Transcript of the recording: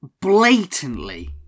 blatantly